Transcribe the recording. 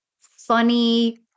funny